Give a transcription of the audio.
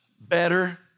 better